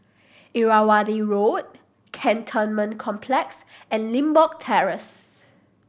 Irrawaddy Road Cantonment Complex and Limbok Terrace